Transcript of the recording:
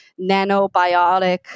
nanobiotic